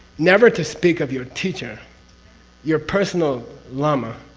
never to speak of your teacher your personal lama,